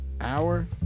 hour